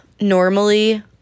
normally